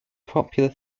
popular